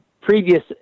previous